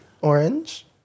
Orange